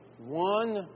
one